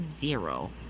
Zero